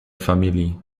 familie